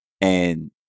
And-